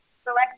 select